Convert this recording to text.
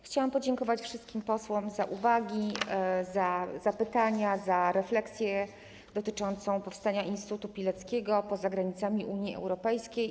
Chciałam podziękować wszystkim posłom za uwagi, za pytania, za refleksję dotyczącą powstania instytutu Pileckiego poza granicami Unii Europejskiej.